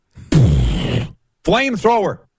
Flamethrower